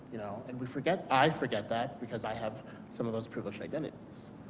you know and we forget i forget that because i have some of those privileged identities.